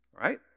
right